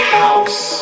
house